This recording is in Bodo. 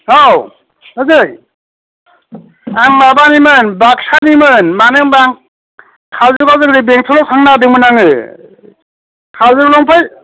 औ बाजै आं माबानिमोन बाक्सानिमोन मानो होनब्ला आं काजलगावजों बेंथलआव थांनो नागिरदोंमोन आङो काजलगावनिफाय